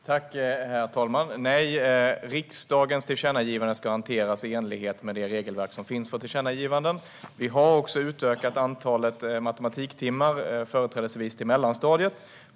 Herr talman! Nej, riksdagens tillkännagivande ska hanteras i enlighet med det regelverk som finns för tillkännagivanden. Vi har också utökat antalet matematiktimmar, företrädesvis i mellanstadiet.